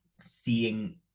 seeing